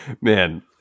Man